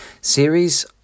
series